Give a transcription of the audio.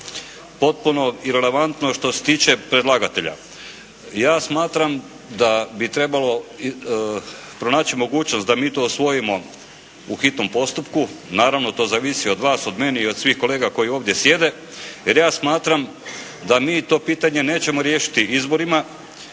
potpuno irelevantno što se tiče predlagatelja. Ja smatram da bi trebalo pronaći mogućnost da mi to usvojimo u hitnom postupku, naravno to zavisi od vas, od mene i od svih kolega koji ovdje sjede, jer ja smatram da mi to pitanje nećemo riješiti izborima,